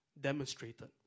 demonstrated